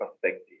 perspective